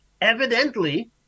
Evidently